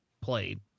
played